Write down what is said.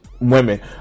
women